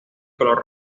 color